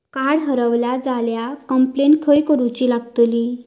Card हरवला झाल्या complaint खय करूची लागतली?